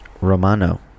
Romano